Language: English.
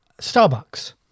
Starbucks